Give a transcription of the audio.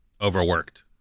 overworked